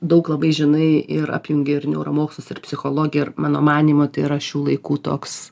daug labai žinai ir apjungi ir neuromokslus ir psichologiją ir mano manymu tai yra šių laikų toks